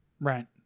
Right